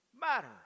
matter